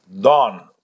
dawn